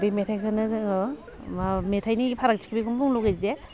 बे मेथाइखौनो जोङो मा मेथाइनि फारागथिखौ बेखौनो बुंनो लुबैयो जे